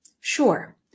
Sure